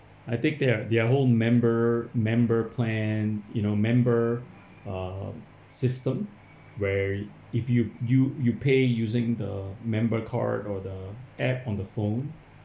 I think their their whole member member plan you know member uh system where if you you you pay using the member card or the app on the phone